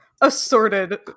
assorted